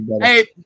Hey